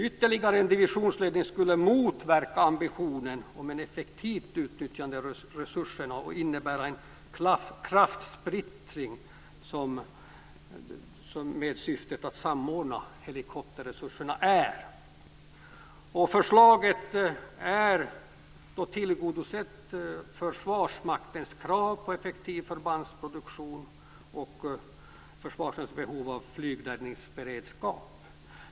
Ytterligare divisionsledning skulle motverka ambitionen om ett effektivt utnyttjande av resurserna och innebära en kraftsplittring och motverka syftet med att samordna helikopterresurserna. Förslaget tillgodoser Försvarmaktens krav på effektiv förbandsproduktion och behov av flygräddningsberedskap.